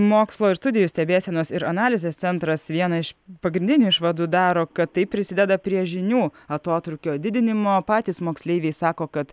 mokslo ir studijų stebėsenos ir analizės centras vieną iš pagrindinių išvadų daro kad tai prisideda prie žinių atotrūkio didinimo patys moksleiviai sako kad